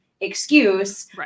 excuse